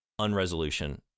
unresolution